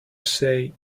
say